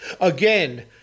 Again